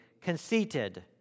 conceited